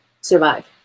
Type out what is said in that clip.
survive